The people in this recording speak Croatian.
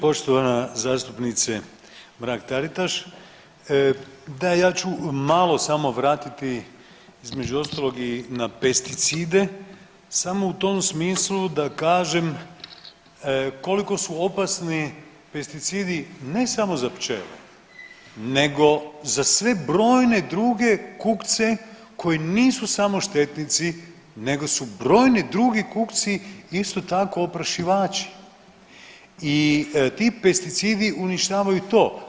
Poštovana zastupnice Mrak-Taritaš, da ja ću malo samo vratiti između ostalog i na pesticide samo u tom smislu da kažem koliko su opasni pesticidi ne samo za pčele nego za sve brojne druge kukce koji nisu samo štetnici nego su brojni drugi kukci isto tako oprašivači i ti pesticidi uništavaju i to.